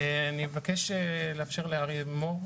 איפה אנחנו?